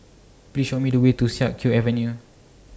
Please Show Me The Way to Siak Kew Avenue